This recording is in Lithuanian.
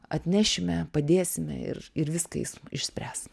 atnešime padėsime ir ir viską jis išsispręs